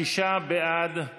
עפר שלח,